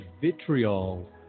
vitriol